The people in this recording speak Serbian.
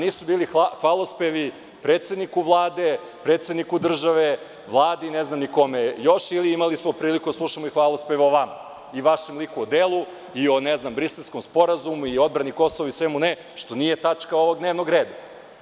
Nisu bili hvalospevi predsedniku Vlade, predsedniku države, Vladi, ne znam kome još, imali smo prilike da slušamo i hvalospev o vama i o vašem liku i o delu i o Briselskom sporazumu i o odbrani Kosova i o svemu drugom što nije tačka ovog dnevnog reda.